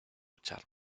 echar